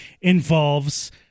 involves